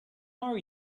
are